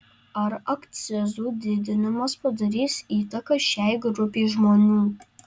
ar akcizų didinimas padarys įtaką šiai grupei žmonių